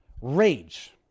rage